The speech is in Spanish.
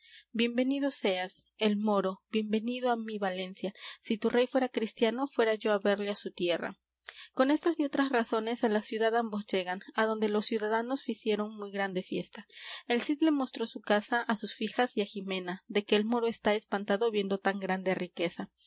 venido seas el moro bien venido á mi valencia si tu rey fuera cristiano fuera yo á verle á su tierra con estas y otras razones á la ciudad ambos llegan adonde los ciudadanos ficieron muy grande fiesta el cid le mostró su casa á sus fijas y á jimena de que el moro está espantado viendo tan grande riqueza